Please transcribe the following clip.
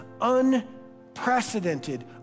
unprecedented